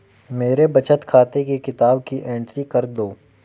मेरे बचत खाते की किताब की एंट्री कर दो?